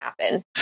happen